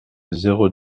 zéro